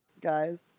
guys